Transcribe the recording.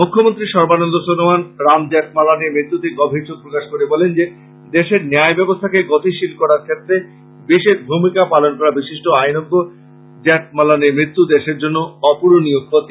মুখ্যমন্ত্রী সর্বানন্দ সনোয়াল রাম জেঠমালানীর মৃত্যুতে গভীর শোক প্রকাশ করে বলেন যে দেশের ন্যায় ব্যবস্থাকে গতিশীল করার ক্ষেত্রে বিশেষ ভুমিকা পালন করা বিশিষ্ট আইনজ্ঞ জেঠমালানীর মৃত্যু দেশের জন্য অপূরণীয় ক্ষতি